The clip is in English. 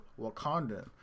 wakandan